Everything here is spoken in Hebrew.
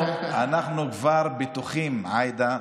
אנחנו כבר בטוחים, עאידה,